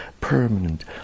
permanent